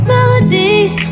Melodies